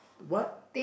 what